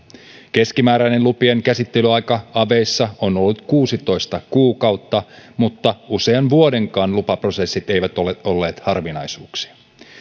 keskimääräinen lupien käsittelyaika aveissa on ollut kuusitoista kuukautta mutta usean vuodenkaan lupaprosessit eivät ole olleet harvinaisuuksia